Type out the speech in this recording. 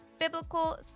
Biblical